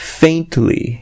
faintly